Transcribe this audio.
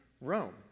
Rome